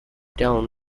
down